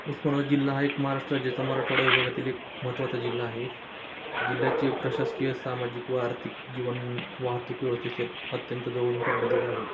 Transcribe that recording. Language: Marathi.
उस्मानाव जिल्हा हा एक महाराष्ट्र राज्याचा मराठवडा विभगातील एक महत्त्वाचा जिल्हा आहे जिल्ह्याचे प्रशासकीय सामाजिक व आर्थिक जीवन वाहतूक व्यवस्थेचे अत्यंत जवळूनच संबंधित आहे